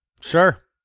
Sure